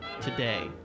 today